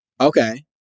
Okay